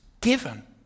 given